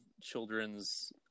children's